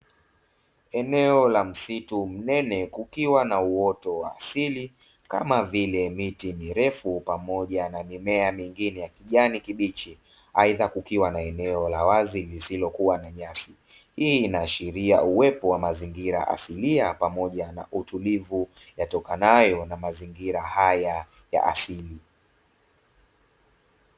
Eneo la msitu mnene kukiwa na uwoto wa asili kama vile miti mirefu pamoja na mimea mingine ya kijani kibichi, aidha kukiwa na eneo la wazi lisilokuwa na nyasi. Hii inaashiria uwepo wa mazingira asilia pamoja na utulivu yatokanayo na mazingira haya ya asili.